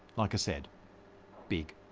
like i said big.